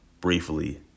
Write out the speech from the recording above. briefly